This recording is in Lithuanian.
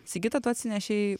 sigita tu atsinešei